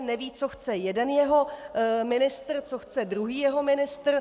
Neví, co chce jeden jeho ministr, co chce druhý jeho ministr.